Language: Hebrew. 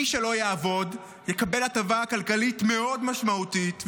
מי שלא יעבוד יקבל הטבה כלכלית מאוד משמעותית,